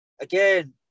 again